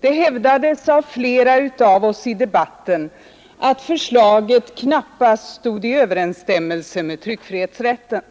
Det hävdades av 24 maj 1972 flera av oss i debatten att förslaget knappast stod i överensstämmelse med — tryckfrihetsrätten.